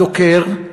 הדוקר,